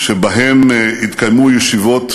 שבהם התקיימו ישיבות